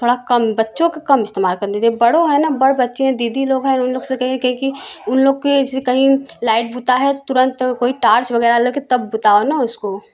थोड़ा कम बच्चों को कम इस्तेमाल करने दें बड़ों हैं ना बड़े बच्चे दीदी लोग है उन लोग से कहें क्योंकि उन लोग के ऐसे कही लाइट बूता है तुरंत कोई टार्च वगैरह लेके तब बुताओ ना उसको